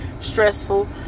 stressful